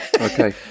Okay